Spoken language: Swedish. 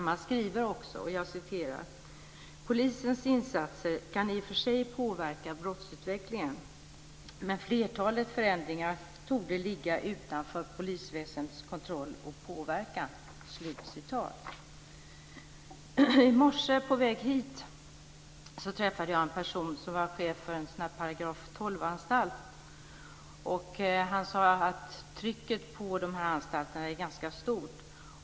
Man skriver följande: "Polisens insatser kan i och för sig påverka brottsutvecklingen. Men flertalet förändringar torde ligga utanför polisväsendets kontroll och påverkan." I morse, på väg hit, träffade jag en person som var chef för en § 12-anstalt. Han sade att trycket på dessa anstalter är ganska stort.